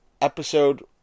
episode